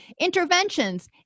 interventions